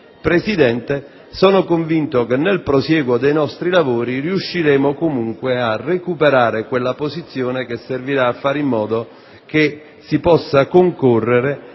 Presidente, sono convinto che nel prosieguo dei nostri lavori riusciremo comunque a recuperare la giusta posizione che servirà a fare in modo che si possa concorrere